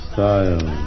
Style